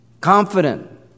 Confident